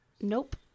Nope